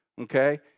Okay